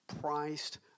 priced